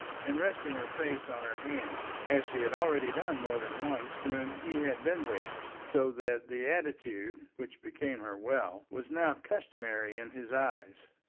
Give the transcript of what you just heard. and resting her face on her hands, as she had already done more than once when he had been there so that the attitude, which became her well, was now customary in his eyes.